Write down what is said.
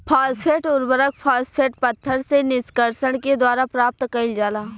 phosphate उर्वरक, phosphate पत्थर से निष्कर्षण के द्वारा प्राप्त कईल जाला